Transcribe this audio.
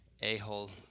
a-hole